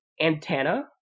antenna